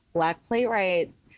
black playwrights,